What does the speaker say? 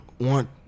want